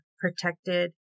protected